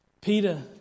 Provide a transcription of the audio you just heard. Peter